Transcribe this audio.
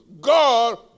God